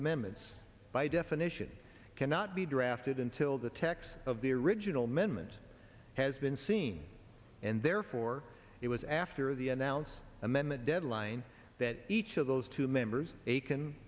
amendments by definition cannot be drafted until the text of the original meant has been seen and therefore it was after the announced amendment deadline that each of those two members